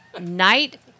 Night